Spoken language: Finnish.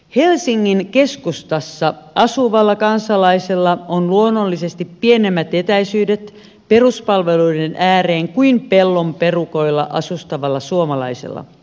helsingin keskustassa asuvalla kansalaisella on luonnollisesti pienemmät etäisyydet peruspalveluiden ääreen kuin pellon perukoilla asustavalla suomalaisella